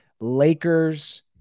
Lakers